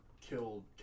killed